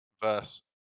verse